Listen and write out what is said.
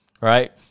right